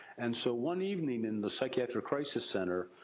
and so one evening in the psychiatric crisis center.